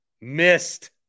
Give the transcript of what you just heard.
missed